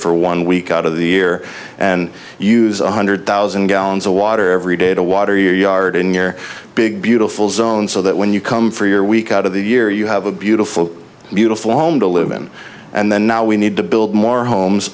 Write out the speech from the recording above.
for one week out of the year and use one hundred thousand gallons of water every day to water your yard in your big beautiful zone so that when you come for your week out of the year you have a beautiful beautiful home to live in and then now we need to build more homes